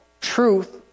truth